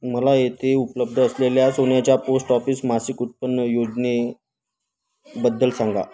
मला येथे उपलब्ध असलेल्या सोन्याच्या पोस्ट ऑफिस मासिक उत्पन्न योजनेबद्दल सांगा